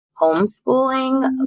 homeschooling